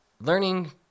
learning